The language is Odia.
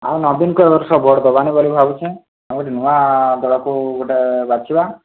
ଆଉ ନବୀନକୁ ଏବର୍ଷ ଭୋଟ୍ ଦେବାନି ବୋଲି ଭାବୁଛି ଆଉ ଗୋଟିଏ ନୂଆ ଦଳକୁ ଗୋଟିଏ ବାଛିବା